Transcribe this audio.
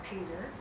Peter